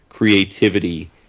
creativity